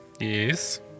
Yes